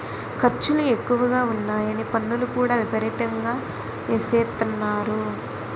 ఖర్చులు ఎక్కువగా ఉన్నాయని పన్నులు కూడా విపరీతంగా ఎసేత్తన్నారు